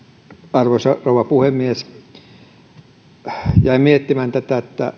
arvoisa rouva puhemies jäin miettimään tätä että